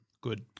Good